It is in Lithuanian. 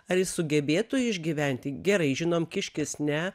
ar jis sugebėtų išgyventi gerai žinom kiškis ne